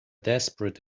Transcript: desperate